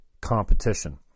competition